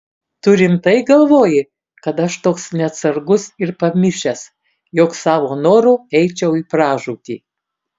tu rimtai galvoji kad aš toks neatsargus ir pamišęs jog savo noru eičiau į pražūtį